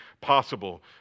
possible